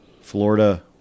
Florida